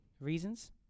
Reasons